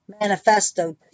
Manifesto